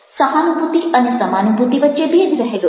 સહાનુભૂતિ અને સમાનુભૂતિ વચ્ચે ભેદ રહેલો છે